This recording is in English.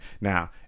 now